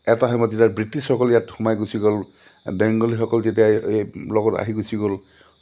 এটা সময়ত যেতিয়া ব্ৰিটিছসকলে ইয়াত সোমাই গুচি গ'ল বেংগলীসকল যেতিয়া এই লগত আহি গুচি গ'ল